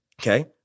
Okay